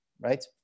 right